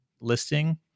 listing